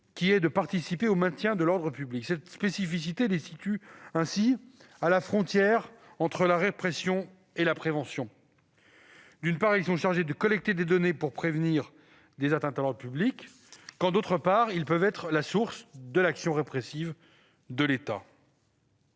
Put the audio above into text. qui est de participer au maintien de l'ordre public. Cette spécificité les situe ainsi à la frontière entre la répression et la prévention. D'une part, ils sont chargés de collecter des données pour prévenir des atteintes à l'ordre public, quand, d'autre part, ils peuvent être la source de l'action répressive de l'État.